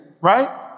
right